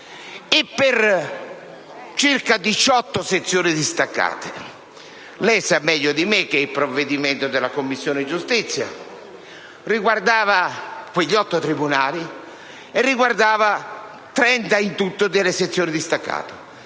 e per circa diciotto sezioni distaccate. Lei sa meglio di me che il provvedimento della Commissione giustizia riguardava quegli otto tribunali e in tutto trenta sezioni distaccate.